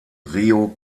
río